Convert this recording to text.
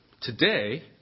today